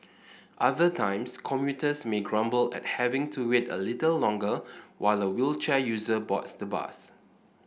other times commuters may grumble at having to wait a little longer while a wheelchair user boards the bus